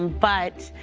but